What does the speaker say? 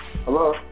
Hello